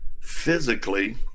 physically